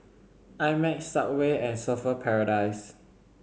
I Max Subway and Surfer Paradise